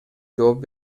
жооп